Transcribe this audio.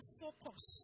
focus